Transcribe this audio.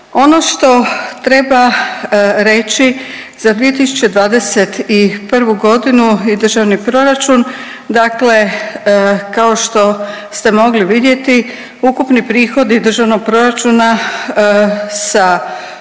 Ono što treba reći za 2021. godinu i državni proračun, dakle kao što ste mogli vidjeti ukupni prihodi državnog proračuna sa,